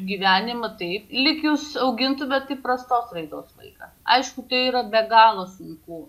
gyvenimą taip lyg jūs augintumėt įprastos raidos vaiką aišku tai yra be galo sunku